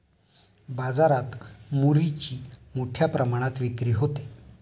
बाजारात मुरीची मोठ्या प्रमाणात विक्री होते